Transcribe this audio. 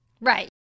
Right